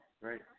Right